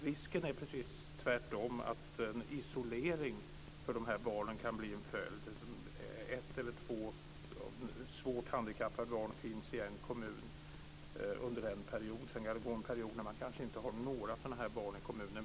Risken är tvärtom att följden blir en isolering av de här barnen. Det kan i en kommun under en period finnas ett eller två svårt handikappade barn. Under en annan period har man kanske inte några sådana barn i kommunen.